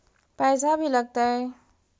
पैसा भी लगतय?